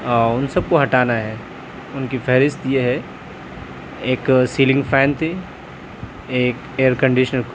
ہاں ان سب کو ہٹانا ہے ان کی فہرست یہ ہے ایک سیلنگ فین تھی ایک ایئر کنڈیشن